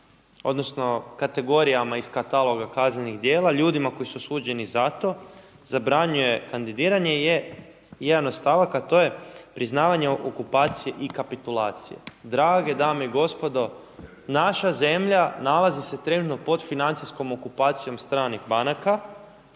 odnosno kategorijama iz kataloga kaznenih djela ljudima koji su osuđeni za to zabranjuje kandidiranje je jedan od stavaka a to je priznavanje okupacije i kapitulacije. Drage dame i gospodo naša zemlja nalazi se trenutno pod financijskom okupacijom stranih banaka